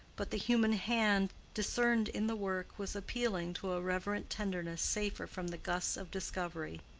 but the human hand discerned in the work was appealing to a reverent tenderness safer from the gusts of discovery.